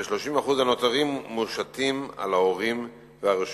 וה-30% הנותרים מושתים על ההורים ועל הרשויות.